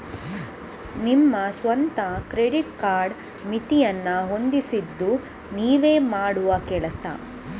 ನಿಮ್ಮ ಸ್ವಂತ credit card ಮಿತಿಯನ್ನ ಹೊಂದಿಸುದು ನೀವೇ ಮಾಡುವ ಕೆಲಸ